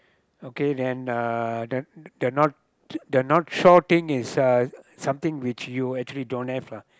okay then uh the the not the not shore thing is a something which you actually don't have lah